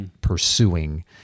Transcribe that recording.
pursuing